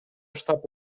штаб